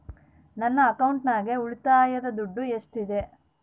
ನನ್ನ ಅಕೌಂಟಿನಾಗ ಉಳಿತಾಯದ ದುಡ್ಡು ಎಷ್ಟಿದೆ?